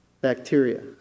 bacteria